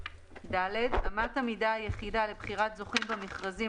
(ד)אמת המידה היחידה לבחירת זוכים במכרזים